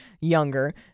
younger